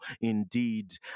indeed